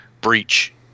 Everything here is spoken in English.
breach